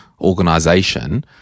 organization